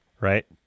right